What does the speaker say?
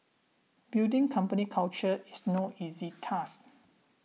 building company culture is no easy task